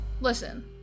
Listen